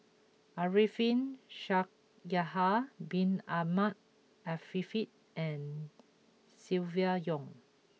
Arifin Shaikh Yahya Bin Ahmed Afifi and Silvia Yong